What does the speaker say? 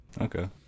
Okay